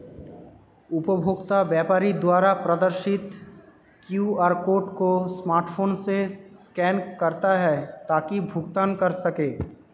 उपभोक्ता व्यापारी द्वारा प्रदर्शित क्यू.आर कोड को स्मार्टफोन से स्कैन करता है ताकि भुगतान कर सकें